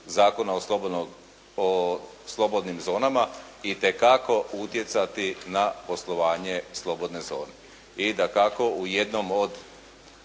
Zakona o slobodnim zonama itekako utjecati na poslovanje slobodne zone. I dakako u jednom od